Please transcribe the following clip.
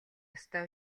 ёстой